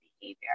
behavior